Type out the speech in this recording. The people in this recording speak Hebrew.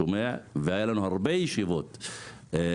הוא שומע והיו לנו הרבה ישיבות איתם,